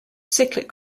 cyclic